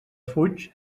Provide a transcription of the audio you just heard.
fuig